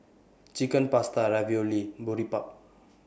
Chicken Pasta Ravioli and Boribap